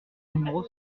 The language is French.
numéro